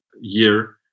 year